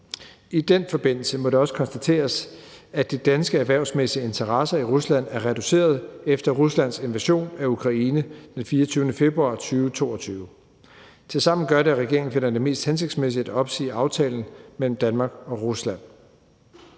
I den forbindelse må det også konstateres, at de danske erhvervsmæssige interesser i Rusland er reduceret efter Ruslands invasion af Ukraine den 24. februar 2022. Tilsammen gør det, at regeringen finder det mest hensigtsmæssigt at opsige aftalen mellem Danmark og Rusland.